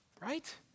right